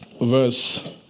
Verse